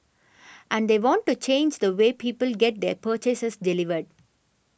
and they want to change the way people get their purchases delivered